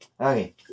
Okay